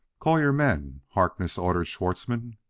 call your men! harkness ordered schwartzmann.